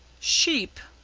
sheep!